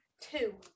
Two